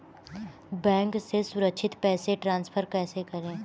Bank से सुरक्षित पैसे ट्रांसफर कैसे करें?